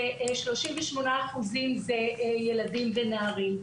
ו-38% זה ילדים ונערים.